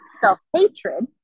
self-hatred